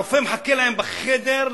הרופא מחכה להם בחדר,